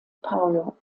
paulo